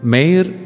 Mayor